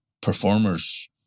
performers